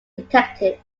protected